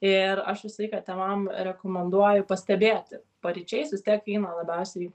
ir aš visą laiką tevam rekomenduoju pastebėti paryčiais vis tiek eina labiausiai